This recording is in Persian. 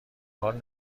حال